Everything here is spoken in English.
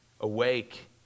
Awake